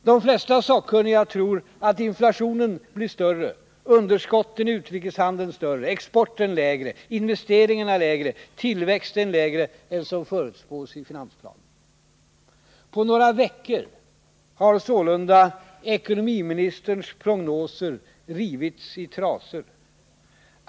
De flesta sakkunniga tror att inflationen blir större, underskotten i utrikeshandeln större, exporten lägre, investeringarna lägre, tillväxten lägre än som förutspås i finansplanen. På några veckor har sålunda ekonomiministerns prognoser rivits i trasor.